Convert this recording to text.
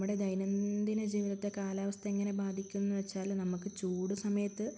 നമ്മുടെ ദൈനംദിന ജീവിതത്തെ കാലാവസ്ഥയെങ്ങനെ ബാധിക്കുമെന്നുവെച്ചാല് നമുക്ക് ചൂട് സമയത്ത്